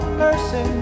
mercy